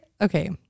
Okay